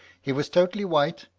he was totally white,